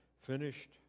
finished